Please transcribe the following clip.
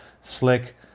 slick